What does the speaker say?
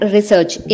Research